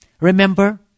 Remember